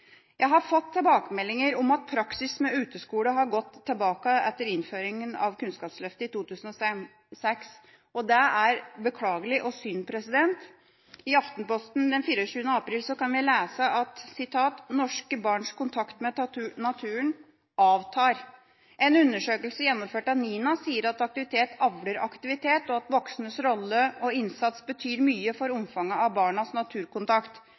Jeg har fått tilbakemeldinger om at praksis med uteskole har gått tilbake etter innføringa av Kunnskapsløftet i 2006, og det er beklagelig og synd. I Aftenposten den 23. april kan vi lese at «norske barns kontakt med naturen avtar». En undersøkelse gjennomført av NINA sier at aktivitet avler aktivitet, og at voksnes rolle og innsats betyr mye for omfanget av barnas naturkontakt.